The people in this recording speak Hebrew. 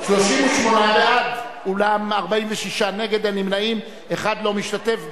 38 בעד, אולם 46 נגד, אין נמנעים, אחד לא משתתף.